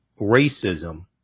racism